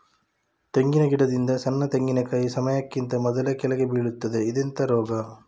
ತೆಂಗಿನ ಗಿಡದಿಂದ ಸಣ್ಣ ತೆಂಗಿನಕಾಯಿ ಸಮಯಕ್ಕಿಂತ ಮೊದಲೇ ಕೆಳಗೆ ಬೀಳುತ್ತದೆ ಇದೆಂತ ರೋಗ?